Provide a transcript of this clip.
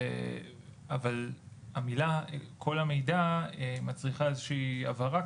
אבל המילה כל המידע מצריכה איזו שהיא הבהרה,